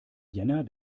jänner